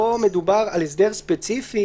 פה מדובר על הסדר ספציפי,